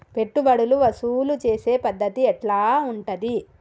పెట్టుబడులు వసూలు చేసే పద్ధతి ఎట్లా ఉంటది?